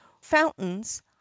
fountains